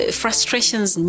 frustrations